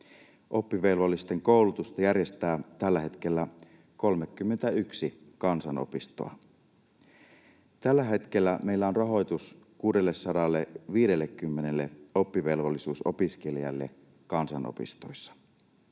Oppivelvollisten koulutusta järjestää tällä hetkellä 31 kansanopistoa. Tällä hetkellä meillä on rahoitus 650 oppivelvollisuusopiskelijalle kansanopistoissa.